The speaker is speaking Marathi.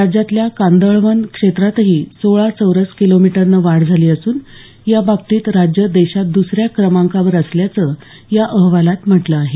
राज्यातल्या कांदळवन क्षेत्रातही सोळा चौरस किलोमीटरनं वाढ झाली असून याबाबतीत राज्य देशात दुस या क्रमांकावर असल्याचं या अहवालात म्हटलं आहे